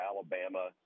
Alabama